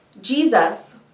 Jesus